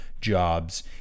jobs